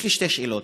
יש לי שתי שאלות.